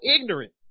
ignorant